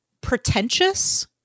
pretentious